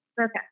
Okay